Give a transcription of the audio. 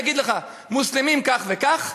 יגיד לך: מוסלמים כך וכך,